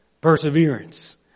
perseverance